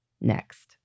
next